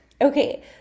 Okay